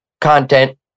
content